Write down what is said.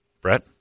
Brett